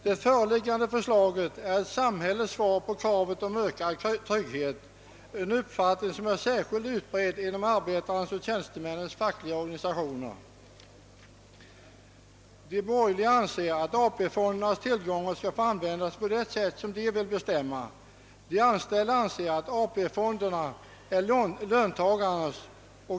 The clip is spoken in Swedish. Det föreliggande förslaget är ett samhällets svar på kravet om ökad trygghet, ett krav som är särskilt utbrett inom arbetarnas och tjänstemännens fackliga organisationer. De borgerliga anser att AP-fondens tillgångar skall få användas på det sätt som de vill bestämma, medan de anställda anser att AP-fonderna är löntagarnas.